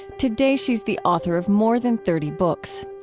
today, she's the author of more than thirty books.